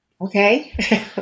Okay